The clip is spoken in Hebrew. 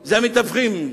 הם המתווכים.